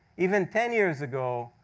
even ten years ago,